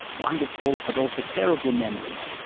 wonderful but also terrible memories.